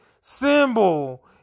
symbol